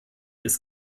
ist